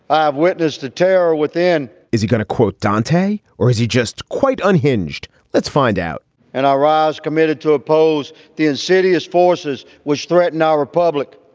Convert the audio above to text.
i have witnessed a tear within is he going to quote deontay or is he just quite unhinged? let's find out and i ah was committed to oppose the insidious forces which threaten our republic.